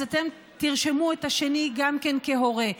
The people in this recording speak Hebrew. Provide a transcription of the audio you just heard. אז אתם תרשמו את השני גם כן כהורה,